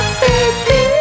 baby